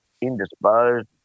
indisposed